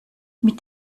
mit